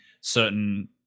certain